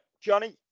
Johnny